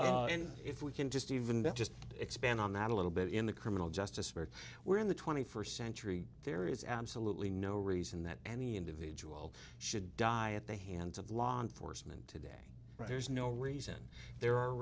and if we can just even just expand on that a little bit in the criminal justice where we're in the twenty first century there is absolutely no reason that any individual should die at the hands of law enforcement to day there's no reason there